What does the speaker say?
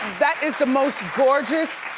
that is the most gorgeous,